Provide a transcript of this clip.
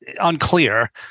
unclear